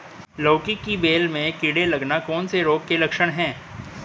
लौकी की बेल में कीड़े लगना कौन से रोग के लक्षण हैं?